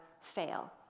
fail